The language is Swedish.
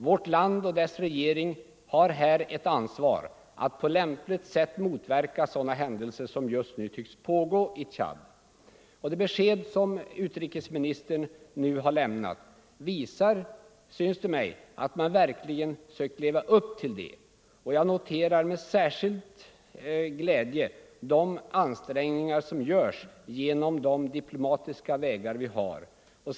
Vårt land och dess regering har ett ansvar att på lämpligt sätt motverka sådana händelser som just nu tycks pågå i Tchad. Det besked som utrikesministern i dag har lämnat visar, att man verkligen har försökt leva upp till det ansvaret. Jag noterar särskilt de ansträngningar som görs på de diplomatiska vägar vi har.